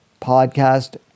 podcast